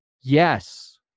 Yes